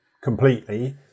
completely